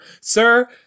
Sir